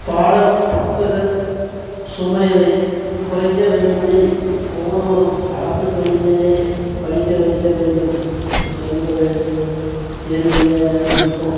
பாடப்புத்தக சுமைகளை குறைக்க வேண்டுமெனில் ஒவ்வொருவரும் அரசுப்பள்ளிகளில் படிக்க வைக்க வேண்டும் என்பது என்னுடைய விருப்பம்